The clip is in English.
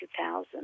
2000